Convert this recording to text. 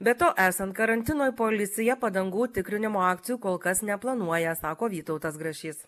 be to esant karantinui policija padangų tikrinimo akcijų kol kas neplanuoja sako vytautas grašys